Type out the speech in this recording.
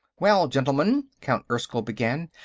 well, gentlemen, count erskyll began,